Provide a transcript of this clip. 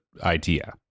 idea